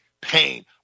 pain